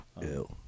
Ew